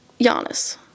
Giannis